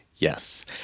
Yes